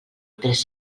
tres